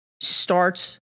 starts